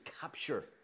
capture